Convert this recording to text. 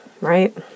right